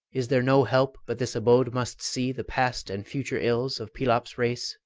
is there no help but this abode must see the past and future ills of pelops' race?